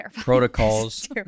protocols